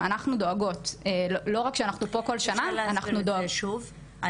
אפשר להסביר את זה שוב?